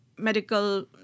medical